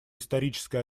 историческая